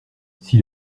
s’il